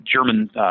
German